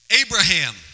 Abraham